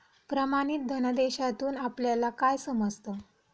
प्रमाणित धनादेशातून आपल्याला काय समजतं?